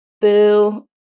boo